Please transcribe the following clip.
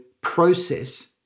process